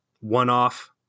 one-off